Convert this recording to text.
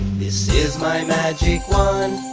this is my magic